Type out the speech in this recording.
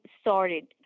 started